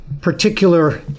particular